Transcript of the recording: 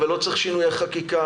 לא צריך שינויי חקיקה,